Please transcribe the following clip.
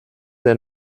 des